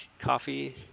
coffee